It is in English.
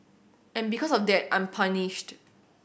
and because of that I'm punished